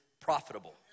profitable